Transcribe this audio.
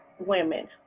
women